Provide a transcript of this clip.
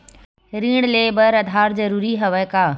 ऋण ले बर आधार जरूरी हवय का?